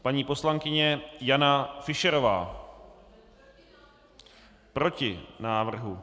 Paní poslankyně Jana Fischerová: Proti návrhu.